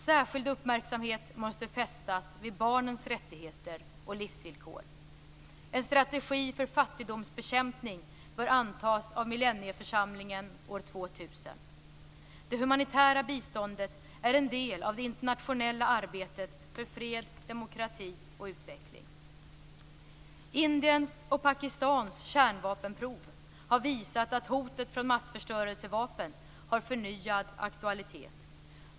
Särskild uppmärksamhet måste fästas vid barnens rättigheter och livsvillkor. En strategi för fattigdomsbekämpning bör antas av Millennieförsamlingen år 2000. Det humanitära biståndet är en del av det internationella arbetet för fred, demokrati och utveckling. Indiens och Pakistans kärnvapenprov har visat att hotet från massförstörelsevapen har förnyad aktualitet.